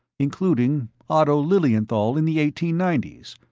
including otto lilienthal in the eighteen ninety s,